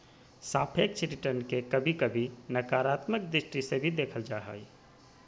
सापेक्ष रिटर्न के कभी कभी नकारात्मक दृष्टि से भी देखल जा हय